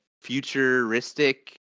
futuristic